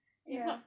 ya